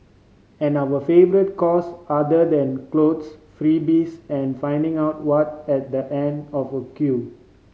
and our favourite cause other than clothes freebies and finding out what at the end of a queue